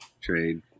Trade